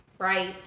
Right